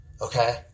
okay